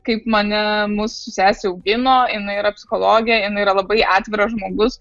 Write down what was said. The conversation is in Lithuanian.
kaip mane mus su sese augino jinai yra psichologė jinai yra labai atviras žmogus